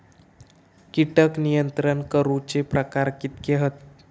कीटक नियंत्रण करूचे प्रकार कितके हत?